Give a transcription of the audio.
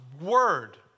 word